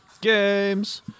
Games